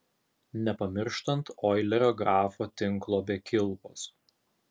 nepamirštant oilerio grafo tinklo be kilpos